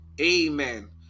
Amen